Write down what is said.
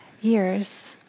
years